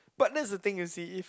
but that's the thing you see if